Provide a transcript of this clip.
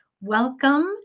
Welcome